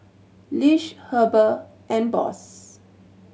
Lish Heber and Boss